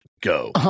Go